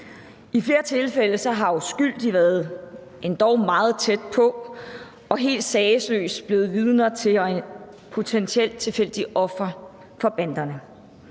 I flere tilfælde har uskyldige været endog meget tæt på og er helt sagesløst blevet vidner og potentielt tilfældige ofre for banderne.